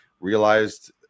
realized